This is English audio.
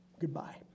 goodbye